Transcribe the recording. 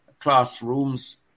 classrooms